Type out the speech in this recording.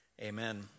amen